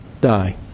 die